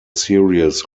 series